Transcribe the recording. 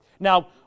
Now